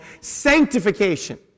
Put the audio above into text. sanctification